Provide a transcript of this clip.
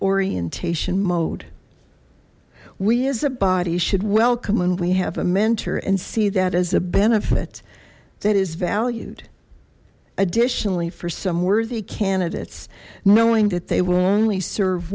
orientation mode we as a body should welcome and we have a mentor and see that as a benefit that is valued additionally for some worthy candidates knowing that they will only serve